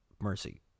mercy